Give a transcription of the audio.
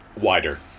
wider